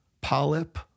polyp